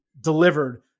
delivered